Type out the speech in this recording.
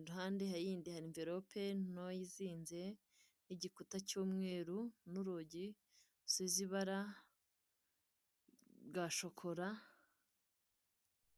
iruhande rundi hari envilope y'indi izinze, igikuta cy'umweru n'urugi rusize ibara rya shokora..